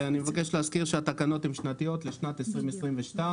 אני מבקש להזכיר שהתקנות הן שנתיות לשנת 2022,